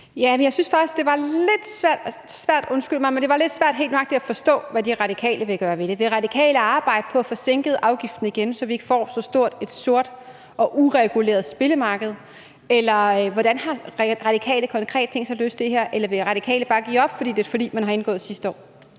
undskyld mig, helt nøjagtigt at forstå, hvad De Radikale vil gøre ved det. Vil Radikale arbejde på at få sænket afgiften igen, så vi ikke får så stort et sort og ureguleret spillemarked? Eller hvordan har Radikale konkret tænkt sig at løse det her? Eller vil Radikale bare give op, fordi det er et forlig, man har indgået sidste år?